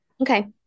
Okay